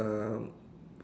um